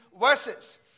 verses